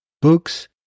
books